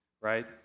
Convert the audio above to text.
right